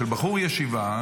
של בחור ישיבה,